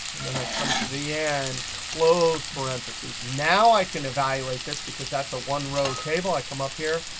and then i come to the end, close parentheses. now i can evaluate this because that's a one-row table, i come up here,